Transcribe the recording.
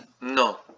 No